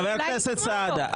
חבר הכנסת סעדה,